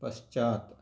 पश्चात्